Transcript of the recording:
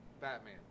Batman